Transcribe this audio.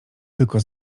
tylko